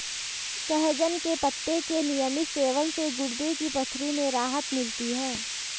सहजन के पत्ते के नियमित सेवन से गुर्दे की पथरी में राहत मिलती है